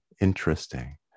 Interesting